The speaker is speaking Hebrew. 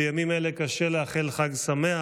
בימים אלה קשה לאחל חג שמח,